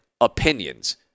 opinions